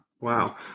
Wow